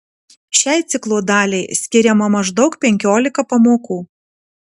šiai ciklo daliai skiriama maždaug penkiolika pamokų